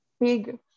big